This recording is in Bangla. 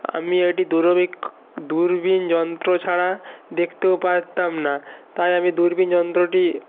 আমি এটি দূরবীক্ষ দূরবিন যন্ত্র ছাড়া দেখতেও পারতাম না তাই আমি দূরবিন যন্ত্রটি